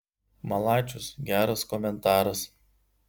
malačius geras komentaras